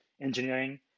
engineering